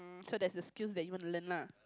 so that's the skills that you want to learn lah